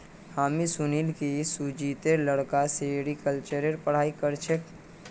हामी सुनिल छि जे सुजीतेर लड़का सेरीकल्चरेर पढ़ाई कर छेक